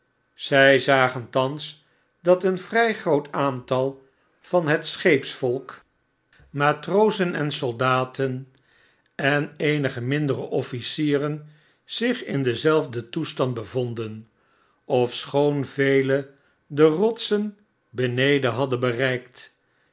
zy zagen thans dat een vry groot aantal van het scheepsvolk matrozen en soldaten en eenige mindere officieren zich in denzelfden toestand bevonden ofschoon velen de rotsen beneden hadden bereikt